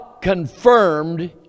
confirmed